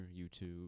YouTube